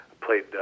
played